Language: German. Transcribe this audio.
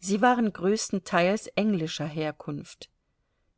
sie waren größtenteils englischer herkunft